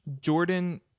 jordan